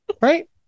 Right